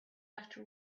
after